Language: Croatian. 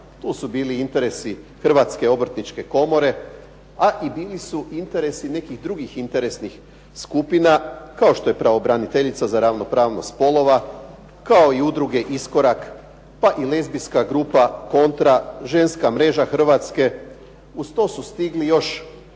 tu su bili interesi Hrvatske obrtničke komore, a i bili su interesi nekih drugih interesnih skupina, kao što je pravobraniteljica za ravnopravnost spolova, kao i Udruge "Iskorak", pa i lezbijska grupa "Kontra", Ženska mreža Hrvatske, uz to su stigli još